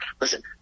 listen